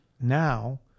now